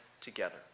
together